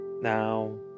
Now